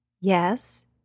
Yes